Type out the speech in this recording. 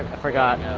i forgot,